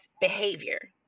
behavior